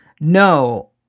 no